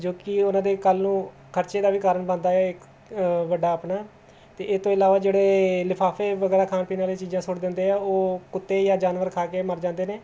ਜੋ ਕਿ ਉਹਨਾਂ ਦੇ ਕੱਲ ਨੂੰ ਖਰਚੇ ਦਾ ਵੀ ਕਾਰਨ ਬਣਦਾ ਹੈ ਵੱਡਾ ਆਪਣਾ ਅਤੇ ਇਹ ਤੋਂ ਇਲਾਵਾ ਜਿਹੜੇ ਲਿਫਾਫੇ ਵਗੈਰਾ ਖਾਣ ਪੀਣ ਵਾਲੀਆਂ ਚੀਜ਼ਾਂ ਸੁੱਟ ਦਿੰਦੇ ਆ ਉਹ ਕੁੱਤੇ ਜਾਂ ਜਾਨਵਰ ਖਾ ਕੇ ਮਰ ਜਾਂਦੇ ਨੇ